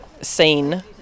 seen